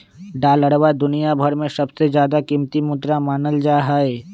डालरवा दुनिया भर में सबसे ज्यादा कीमती मुद्रा मानल जाहई